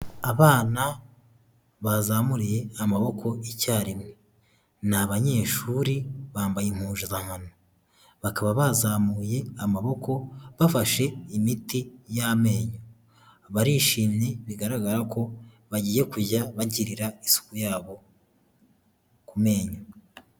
Abana bazamuriye amaboko icyarimwe ni abanyeshuri bambaye impuzankano, bakaba bazamuye amaboko bafashe imiti y'amenyo, barishimye bigaragara ko bagiye kujya bagirira isuku yabo ku menyo.